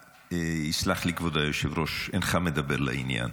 יסלח לי כבודו היושב-ראש, אינך מדבר לעניין.